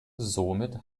somit